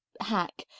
hack